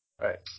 Right